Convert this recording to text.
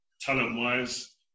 talent-wise